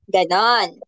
Ganon